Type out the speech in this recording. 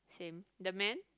same the man